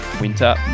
Winter